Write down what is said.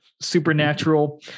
supernatural